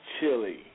chili